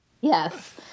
Yes